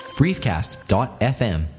briefcast.fm